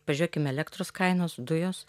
pažėkim elektros kainos dujos